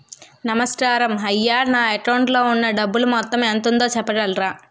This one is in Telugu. నమస్కారం అయ్యా నా అకౌంట్ లో ఉన్నా డబ్బు మొత్తం ఎంత ఉందో చెప్పగలరా?